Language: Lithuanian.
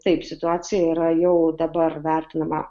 taip situacija yra jau dabar vertinama